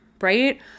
right